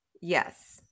Yes